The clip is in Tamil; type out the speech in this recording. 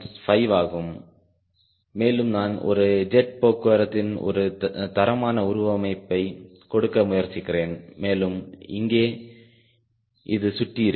5 ஆகும் மேலும் நான் ஒரு ஜெட் போக்குவரத்தின் ஒரு தரமான உருவமைப்பை கொடுக்க முயற்சிக்கிறேன்மேலும் இங்கே இது சுற்றி இருக்கும்